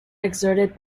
exerted